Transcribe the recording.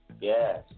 Yes